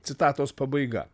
citatos pabaiga